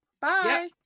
Bye